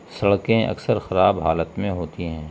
سڑکیں اکثر خراب حالت میں ہوتی ہیں